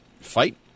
fight